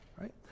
right